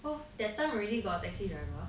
that time already got taxi driver